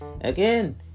Again